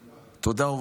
תודה.